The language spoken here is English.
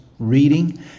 reading